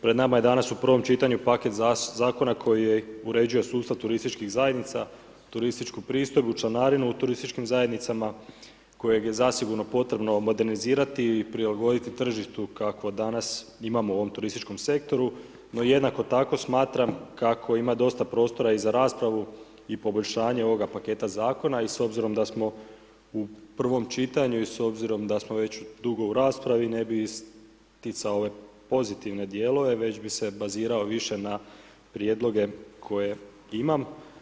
Pred nama je danas u prvom čitanju paket zakona koji uređuje sustav turističkih zajednica, turističku pristojbu, članarinu u turističkim zajednicama koje je zasigurno potrebno modernizirati i prilagoditi tržištu kakvo danas imamo u ovom turističkom sektoru, no jednako tako smatram kako ima dosta prostora i za raspravu i poboljšanje ovoga paketa zakona i s obzirom da smo u prvom čitanju i s obzirom da smo već dugo u raspravi, ne bi isticao ove pozitivne dijelove već bi se bazirao više na prijedloge koje imam.